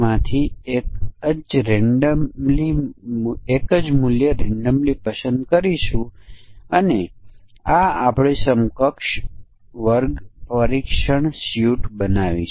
તેથી તે વિશેષ મૂલ્ય છે જ્યાં તે માને છે કે પ્રોગ્રામરે ભૂલ કરી હશે તેથી તેને એક વિશેષ મૂલ્ય પરીક્ષણ કહેવામાં આવે છે